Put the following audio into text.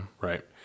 Right